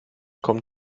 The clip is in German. kommt